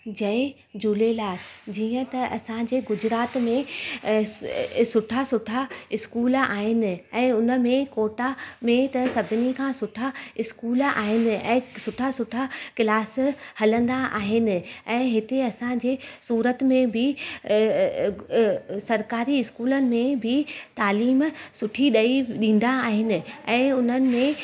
जय झूलेलाल जीअं त असांजे गुजरात में अ सुठा सुठा स्कूल आहिनि ऐं उनमें कोटा में त सभिनी खां सुठा स्कूल आहिनि ऐं सुठा सुठा क्लास हलंदा आहिनि ऐं इते असांजे सूरत में बि सरकारी स्कूलनि में बि तालीम सुठी ॾई ॾींदा आहिनि ऐं उन्हनि में